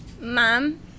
Mom